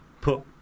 put